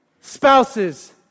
Spouses